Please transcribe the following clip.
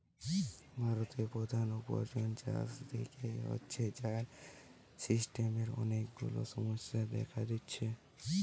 ভারতের প্রধান উপার্জন চাষ থিকে হচ্ছে, যার সিস্টেমের অনেক গুলা সমস্যা দেখা দিচ্ছে